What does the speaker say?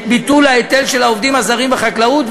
את ביטול ההיטל של העובדים הזרים בחקלאות,